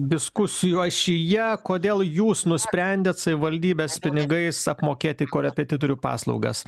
diskusijų ašyje kodėl jūs nusprendėt savivaldybės pinigais apmokėti korepetitorių paslaugas